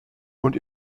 und